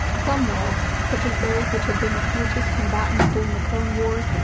some worlds, such as those which had been the fiercest combatants during the clone wars,